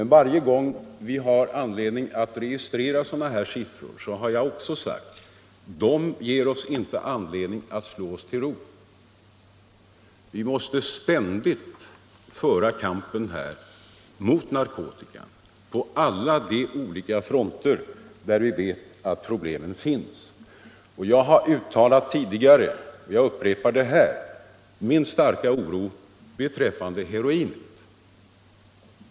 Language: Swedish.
Men varje gång vi har haft att registrera sådana siffror har jag också sagt att de inte ger oss anledning att slå oss till ro, utan att vi ständigt måste föra kampen mot narkotika vidare på alla de olika fronter där vi vet att problemet finns. Jag har tidigare uttalat — och jag upprepar det här — min starka oro beträffande heroinet.